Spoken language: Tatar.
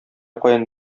каян